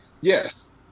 Yes